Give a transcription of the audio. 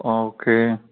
ആ ഓക്കെ